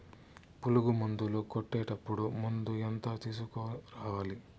పులుగు మందులు కొట్టేటప్పుడు మందు ఎంత తీసుకురావాలి?